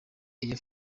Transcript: air